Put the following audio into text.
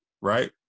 right